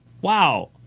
wow